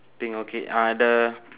pink okay uh the